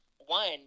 One